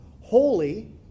Holy